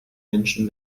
menschen